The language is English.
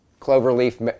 Cloverleaf